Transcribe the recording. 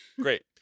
Great